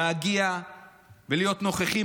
להגיע ולהיות נוכחים,